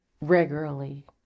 regularly